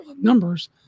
numbers